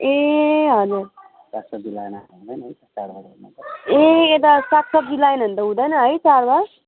ए हजुर ए यता साग सब्जी लाएन भने त हुँदैन है चाडबाड